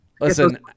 listen